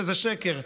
שזה שקר.